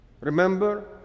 Remember